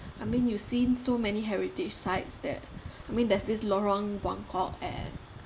I mean you seen so many heritage sites that I mean there's this lorong buangkok and